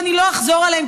ואני לא אחזור עליהם,